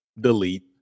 delete